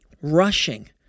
rushing